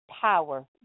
power